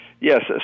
Yes